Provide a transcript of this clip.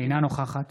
אינה נוכחת